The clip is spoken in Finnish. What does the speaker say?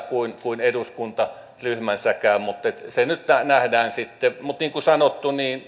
kuin kuin eduskuntaryhmänsäkään mutta se nyt nähdään sitten mutta niin kuin sanottu